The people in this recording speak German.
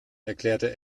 erklärte